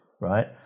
right